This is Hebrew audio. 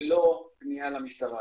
ללא פנייה למשטרה,